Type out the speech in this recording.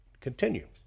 continue